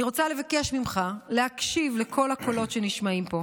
אני רוצה לבקש ממך להקשיב לכל הקולות שנשמעים פה,